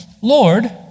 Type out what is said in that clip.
Lord